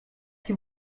que